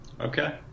Okay